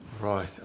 Right